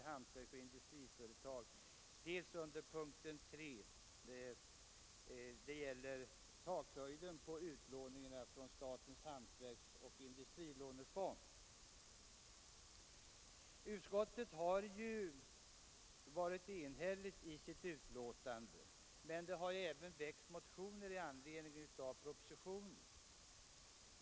Utskottet har varit enhälligt i sitt betänkande, men det har även väckts motioner i anledning av propositionen.